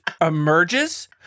emerges